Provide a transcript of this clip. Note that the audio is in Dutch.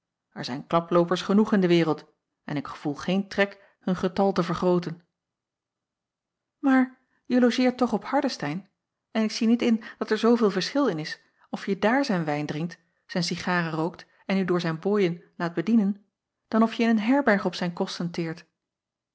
r zijn klaploopers genoeg in de wereld en ik gevoel geen trek hun getal te vergrooten aar je logeert toch op ardestein en ik zie niet in dat er zooveel verschil in is of je daar zijn wijn drinkt zijn cigaren rookt en u door zijn booien laat bedienen dan of je in een herberg op zijn